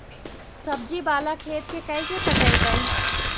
सब्जी बाला खेत के कैसे पटइबै?